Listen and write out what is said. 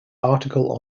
article